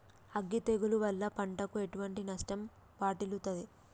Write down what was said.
అగ్గి తెగులు వల్ల పంటకు ఎటువంటి నష్టం వాటిల్లుతది?